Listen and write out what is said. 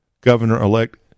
Governor-elect